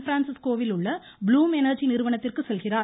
Francisco வில் உள்ள Bloom Energy நிறுவனத்திற்கு செல்கிறார்